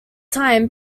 time